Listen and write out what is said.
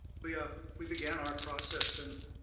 we ah we began our process in